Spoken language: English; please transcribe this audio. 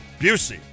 Busey